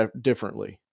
differently